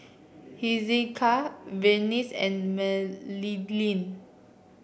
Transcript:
Hezekiah Vernies and Madilynn